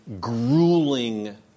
grueling